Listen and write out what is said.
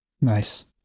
nice